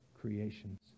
creations